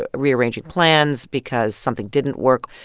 ah rearranging plans because something didn't work.